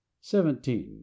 seventeen